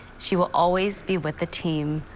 she will always be with the team.